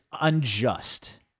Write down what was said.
unjust